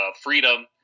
Freedom